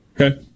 Okay